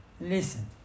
Listen